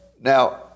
Now